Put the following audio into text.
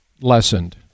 Lessened